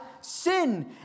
sin